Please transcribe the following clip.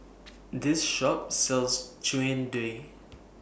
This Shop sells Jian Dui